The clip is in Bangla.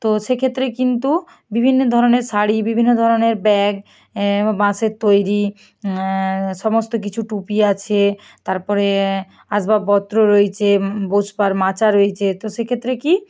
তো সেক্ষেত্রে কিন্তু বিভিন্ন ধরনের শাড়ি বিভিন্ন ধরনের ব্যাগ বা বাঁশের তৈরি সমস্ত কিছু টুপি আছে তার পরে আসবাবপত্র রয়েছে বসবার মাচা রয়েছে তো সেক্ষেত্রে কী